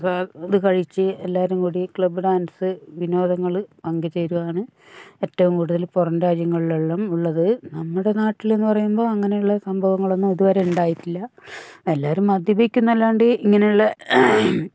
ഇത് കഴിച്ച് എല്ലാവരും കൂടി ക്ലബ് ഡാൻസ് വിനോദങ്ങള് പങ്ക് ചേരുവാനും ഏറ്റവും കൂടുതൽ പുറം രാജ്യങ്ങളിലെല്ലാം ഉള്ളത് നമ്മുടെ നാട്ടിലെന്ന് പറയുമ്പോൾ അങ്ങനെയുള്ള സംഭവങ്ങളൊന്നും ഇത് വരെ ഉണ്ടായിട്ടില്ല എല്ലാവരും മദ്യപിക്കുമെന്നല്ലാണ്ട് ഇങ്ങനെയുള്ള